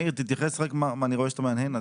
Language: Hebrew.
מאיר, אני רואה שאתה מהנהן.